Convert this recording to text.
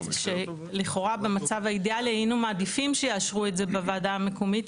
שלכאורה במצב האידיאלי היינו מעדיפים שיאשרו את זה בוועדה המקומית,